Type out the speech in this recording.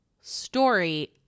story